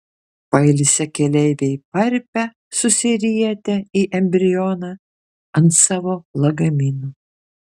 pailsę keleiviai parpia susirietę į embrioną ant savo lagaminų